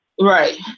Right